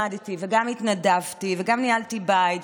במקביל גם למדתי וגם התנדבתי וגם ניהלתי בית,